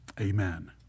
Amen